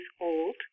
old